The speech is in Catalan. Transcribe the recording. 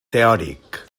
teòric